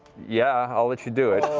yeah i'll let you do it.